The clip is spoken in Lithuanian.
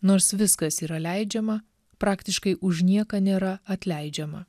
nors viskas yra leidžiama praktiškai už nieką nėra atleidžiama